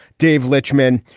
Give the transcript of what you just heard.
dave latchman,